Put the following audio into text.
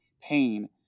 pain